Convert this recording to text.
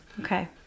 Okay